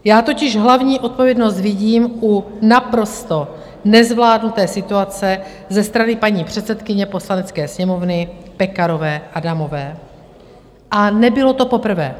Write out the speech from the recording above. Já totiž hlavní odpovědnost vidím u naprosto nezvládnuté situace ze strany paní předsedkyně Poslanecké sněmovny Pekarové Adamové, a nebylo to poprvé.